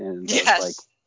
Yes